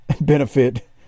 benefit